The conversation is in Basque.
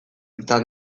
izan